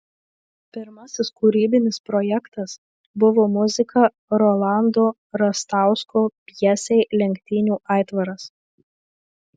pirmasis kūrybinis projektas buvo muzika rolando rastausko pjesei lenktynių aitvaras